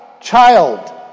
child